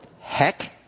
heck